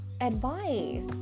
advice